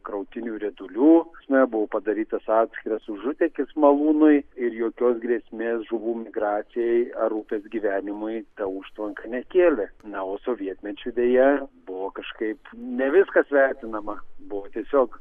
krautinių riedulių na buvo padarytas atskiras užutėkis malūnui ir jokios grėsmės žuvų migracijai ar upės gyvenimui ta užtvanka nekėlė na o sovietmečiu deja buvo kažkaip ne viskas vertinama buvo tiesiog